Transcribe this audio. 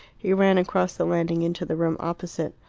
he ran across the landing into the room opposite.